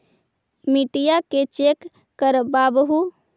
मिट्टीया के चेक करबाबहू?